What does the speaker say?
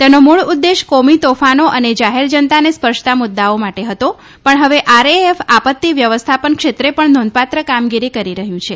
તેનો મુળ ઉદૈશ કોમી તોફાનો અને જાહેર જનતાને સ્પર્શતા મુદાઓ માટે હતો પણ હવે ં આરએએફ આપત્તી વ્યવસ્થાપન ક્ષેત્રે પણ નોંધપાત્ર કામગીરી કરી રહયું છે